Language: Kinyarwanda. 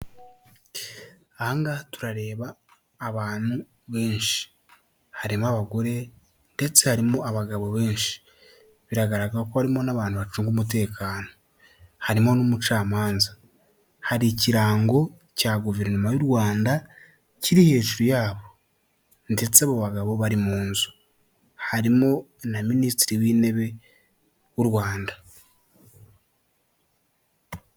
Ahangaha turareba abantu benshi, harimo abagore ndetse harimo abagabo benshi, biragaragara ko harimo n'abantu bacunga umutekano, harimo n'umucamanza, hari ikirango cya guverinoma y'u Rwanda kiri hejuru yabo ndetse abo bagabo bari mu nzu, harimo na Minisitiri w'intebe w'u Rwanda.